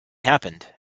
happened